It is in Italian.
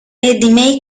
eddie